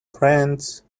friends